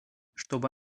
чтобы